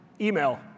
email